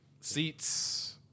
seats